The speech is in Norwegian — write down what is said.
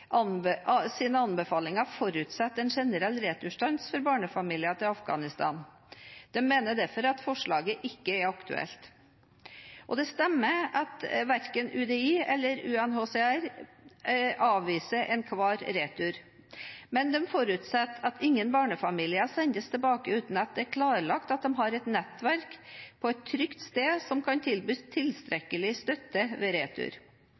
anbefalinger forutsetter en generell returstans for barnefamilier til Afghanistan. De mener derfor at forslaget ikke er aktuelt. Det stemmer at verken UDI og UNHCR avviser enhver retur. Men de forutsetter at ingen barnefamilier sendes tilbake uten at det er klarlagt at de har et nettverk på et trygt sted som kan tilby tilstrekkelig støtte ved retur.